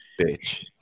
bitch